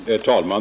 Herr talman!